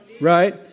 Right